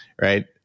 right